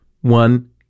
one